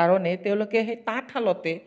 কাৰণে তেওঁলোকে সেই তাঁতশালতে